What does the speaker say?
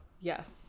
Yes